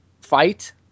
fight